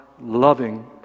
loving